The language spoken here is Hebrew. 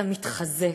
אתה מתחזק.